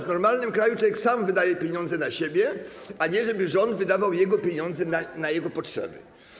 W normalnym kraju człowiek sam wydaje pieniądze na siebie, a nie żeby rząd wydawał jego pieniądze na jego potrzeby.